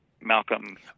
Malcolm